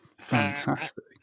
Fantastic